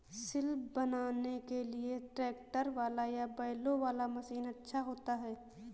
सिल बनाने के लिए ट्रैक्टर वाला या बैलों वाला मशीन अच्छा होता है?